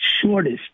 shortest